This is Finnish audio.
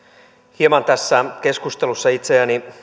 hieman tässä keskustelussa itseäni